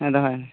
ᱦᱮᱸ ᱫᱚᱦᱚᱭ ᱢᱮ